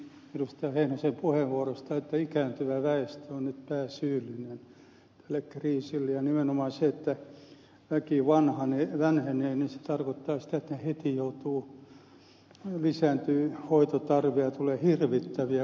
heinosen puheenvuorosta että ikääntyvä väestö on nyt pääsyyllinen eläkekriisille ja nimenomaan se että väki vanhenee niin se tarkoittaa sitä että heti lisääntyy hoitotarve ja tulee hirvittäviä kustannuksia